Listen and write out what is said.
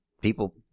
people